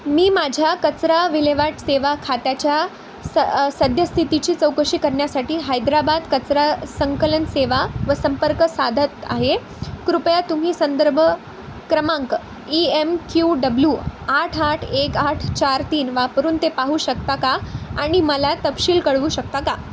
मी माझ्या कचरा विल्हेवाट सेवा खात्याच्या स सद्यस्थितीची चौकशी करण्यासाठी हैद्राबाद कचरा संकलन सेवा व संपर्क साधत आहे कृपया तुम्ही संदर्भ क्रमांक ई एम क्यू डब्लू आठ आठ एक आठ चार तीन वापरून ते पाहू शकता का आणि मला तपशील कळवू शकता का